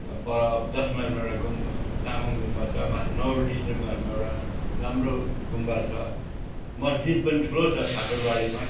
पर दस माइलमा एउटा गुम् तामाङ गुम्बा छ माथि नोभेल्टी सिनेमा हलमा एउटा राम्रो गुम्बा छ मस्जिद पनि ठुलो छ ठाकुरबारीमा